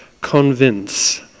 convince